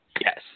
Yes